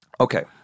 Okay